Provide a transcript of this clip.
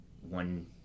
one